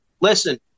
Listen